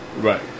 right